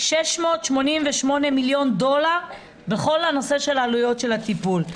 688 מיליון דולר בכל נושא עלויות הטיפול.